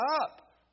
up